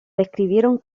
describieron